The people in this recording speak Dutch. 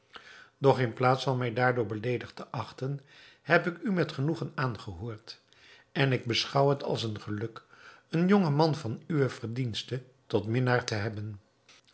doch in plaats van mij daardoor beleedigd te achten heb ik u met genoegen aangehoord en ik beschouw het als een geluk een jongen man van uwe verdiensten tot minnaar te hebben